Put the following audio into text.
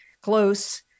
close